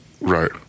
Right